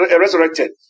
resurrected